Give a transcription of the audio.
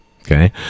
okay